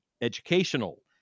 Educational